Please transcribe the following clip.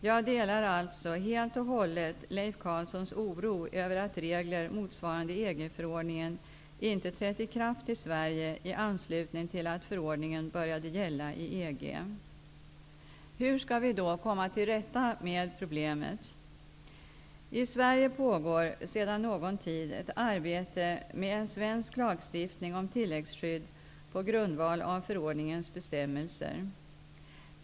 Jag delar alltså helt och hållet Leif Carlsons oro över att regler motsvarande EG-förordningen inte trätt i kraft i Sverige i anslutning till att förordningen började gälla i EG. Hur skall vi då komma till rätta med problemet? I Sverige pågår sedan någon tid ett arbete med en svensk lagstiftning om tilläggsskydd på grundval av förordningens bestämmelser.